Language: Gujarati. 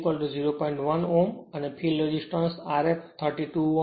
1 Ω અને ફિલ્ડ રેસિસ્ટન્સ Rf 32 છે